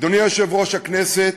אדוני יושב-ראש הכנסת,